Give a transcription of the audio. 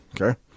okay